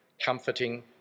comforting